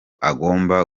agomba